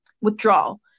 withdrawal